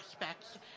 aspects